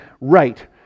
right